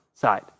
side